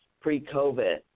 pre-COVID